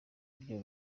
byo